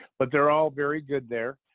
but they're all very good there.